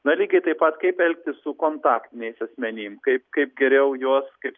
na lygiai taip pat kaip elgtis su kontaktiniais asmenim kaip kaip geriau juos kaip